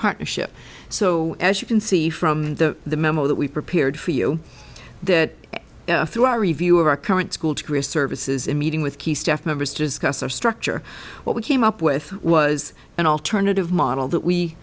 partnership so as you can see from the memo that we prepared for you that through our review of our current school degree of services in meeting with key staff members discussed our structure what we came up with was an alternative model that we